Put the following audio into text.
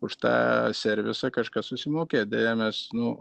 už tą servisą kažkas susimokėt deja mes nu